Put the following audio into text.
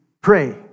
pray